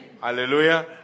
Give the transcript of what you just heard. Hallelujah